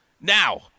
Now